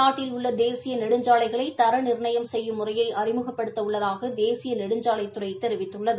நாட்டில் உள்ள தேசிய நெடுஞ்சாலைகளை தர நிர்ணயம் செய்யும் முறையை அறிமுகப்படுத்த உள்ளதாக தேசிய நெடுஞ்சாலைத்துறை தெரிவித்துள்ளது